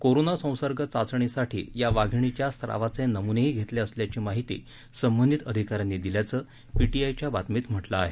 corona संसर्ग चाचणीसाठी या वाधिणीच्या स्रावाचे नमुनेही घेतले असल्याची माहिती संबंधित अधिकाऱ्यांनी दिल्याचं पीटीआयच्या बातमीत म्हटल आहे